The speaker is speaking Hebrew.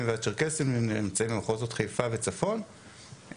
והצ'רקסים נמצאים במחוזות חיפה וצפון,